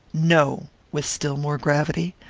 no with still more gravity.